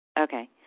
Okay